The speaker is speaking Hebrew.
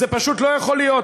זה פשוט לא יכול להיות.